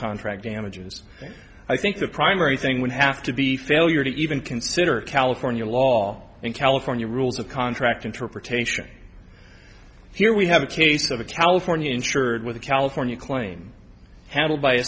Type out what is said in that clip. contract damages i think the primary thing would have to be failure to even consider california law in california rules of contract interpretation here we have a case of a california insured with a california claim handled by